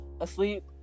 asleep